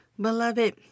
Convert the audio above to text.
Beloved